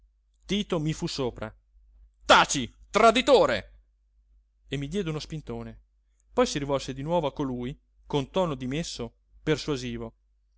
tito mi fu sopra taci traditore e mi diede uno spintone poi si rivolse di nuovo a colui con tono dimesso persuasivo